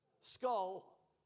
skull